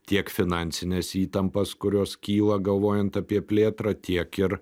tiek finansines įtampas kurios kyla galvojant apie plėtrą tiek ir